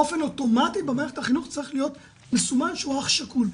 באופן אוטומטי במערכת החינוך צריך להיות מסומן שהוא אח שכול.